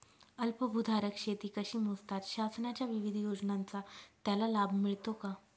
अल्पभूधारक शेती कशी मोजतात? शासनाच्या विविध योजनांचा त्याला लाभ मिळतो का?